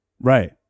right